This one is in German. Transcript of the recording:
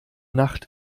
nacht